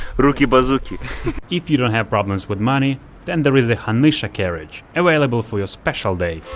ruki bazuki if you don't have problems with money then there is a hanysha carriage available for your special day